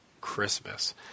Christmas